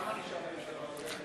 מפעלי משרד ראש הממשלה,